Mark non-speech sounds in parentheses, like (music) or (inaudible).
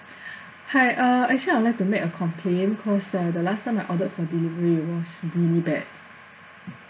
(breath) hi uh actually I would like to make a complaint because uh the last time I ordered for delivery was really bad